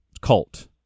cult